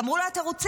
ייגמרו לו התירוצים.